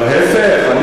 להתנגד פה בכנסת?